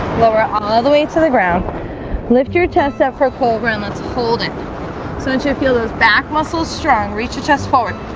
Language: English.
lower all ah the way to the ground lift your test up for coal ground, let's hold it so don't you feel those back muscles strong reach the chest forward?